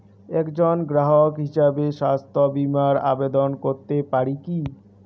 একজন গ্রাহক হিসাবে স্বাস্থ্য বিমার আবেদন করতে পারি কি?